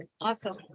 Awesome